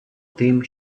тим